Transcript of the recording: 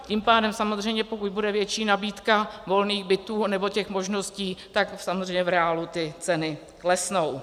Tím pádem samozřejmě pokud bude větší nabídka volných bytů nebo těch možností, tak samozřejmě v reálu ty ceny klesnou.